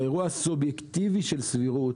באירוע הסובייקטיבי של סבירות,